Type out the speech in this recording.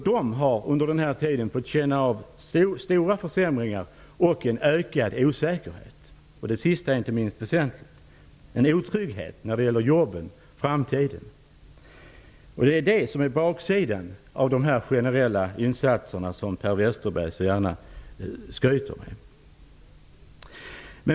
Dessa har under den här tiden fått känna av stora försämringar, en ökad osäkerhet -- det sistnämnda är inte minst väsentligt -- och en ökad otrygghet när det gäller jobben och framtiden. Det är detta som är baksidan av de generella insatserna, som Per Westerberg så gärna skryter med.